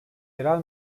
yerel